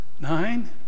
Nine